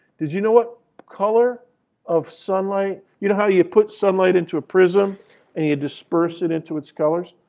did you know what color of sunlight you know how you put sunlight into a prism and you disperse it into its colors,